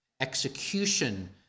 execution